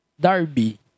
Darby